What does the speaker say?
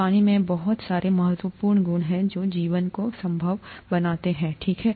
पानी में बहुत सारे महत्वपूर्ण गुण हैं जो जीवन को संभव बनाते हैं ठीक है